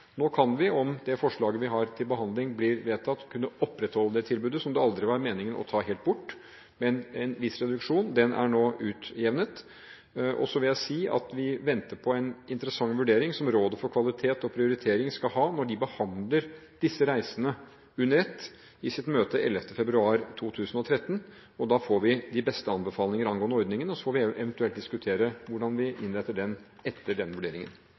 Nå kan vi, om det forslaget vi har til behandling blir vedtatt, kunne opprettholde tilbudet, som det aldri var meningen å ta helt bort, men en viss reduksjon er nå utjevnet. Og så vil jeg si at vi venter på en interessant vurdering fra Rådet for kvalitet og prioritering når de behandler disse reisene under ett i sitt møte 11. februar 2013. Da får vi de beste anbefalinger angående ordningen, og så får vi eventuelt diskutere hvordan vi innretter den etter denne vurderingen.